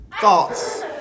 thoughts